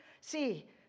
See